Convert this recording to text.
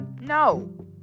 No